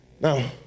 Now